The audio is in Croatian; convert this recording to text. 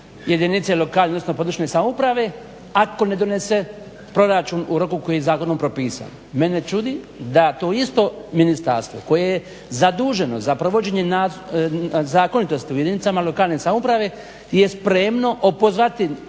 jedinice lokalne, odnosno područne samouprave ako ne donese proračun u roku koji je zakonom propisan. Mene čudi da to isto ministarstvo koje je zaduženo za provođenje zakonitosti u jedinicama lokalne samouprave je spremno opozvati